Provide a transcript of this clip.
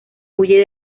huye